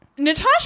Natasha